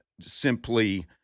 simply